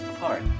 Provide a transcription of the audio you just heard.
apart